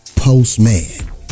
postman